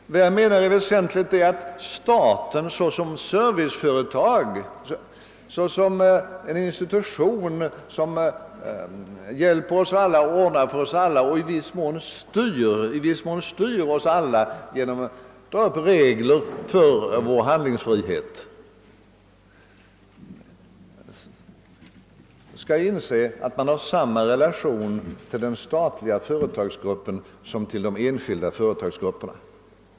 Jag menar att det är väsentligt att staten — såsom serviceorgan och en institution som hjälper oss och ordnar för oss samt i viss mån styr oss alla genom uppdragandet av regler för handlingsfriheten — beaktar att den skall ha samma relationer till de enskilda företagsgrupperna som till den statliga företagsgruppen.